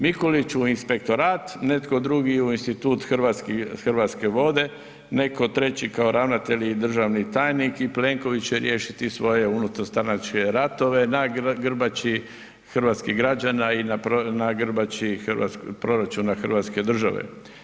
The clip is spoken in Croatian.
Mikulić u inspektorat, netko drugi u institut Hrvatske vode, netko treći kao ravnatelj i državni tajnik i Plenković će riješiti svoje unutarstranačke ratove na grbači hrvatskih građana i na grbači proračuna Hrvatske države.